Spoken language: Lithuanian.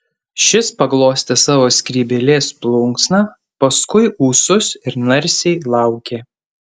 šis paglostė savo skrybėlės plunksną paskui ūsus ir narsiai laukė